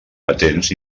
patents